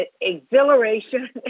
exhilaration